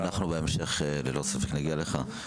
אנחנו בהמשך ללא ספק נגיע אליך.